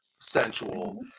sensual